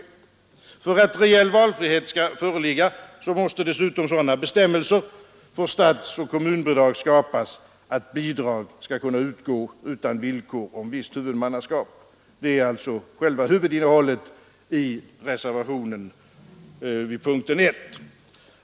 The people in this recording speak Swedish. För att reell valfrihet skall föreligga måste dessutom sådana bestämmelser för statsoch kommunbidrag skapas att bidrag skall kunna utgå utan villkor om visst huvudmannaskap. Det är alltså själva huvudinnehållet i reservationen vid punkten 1.